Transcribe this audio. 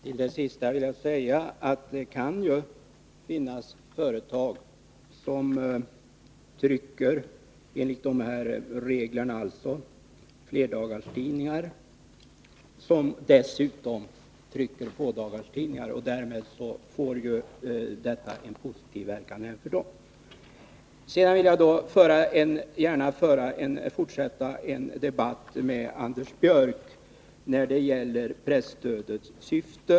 Herr talman! Till det sista vill jag säga att det ju kan finnas företag som trycker flerdagarstidningar enligt dessa regler och dessutom trycker fådagarstidningar. Därmed får detta en positiv verkan även för dem. Jag vill gärna fortsätta debatten med Anders Björck om presstödets syfte.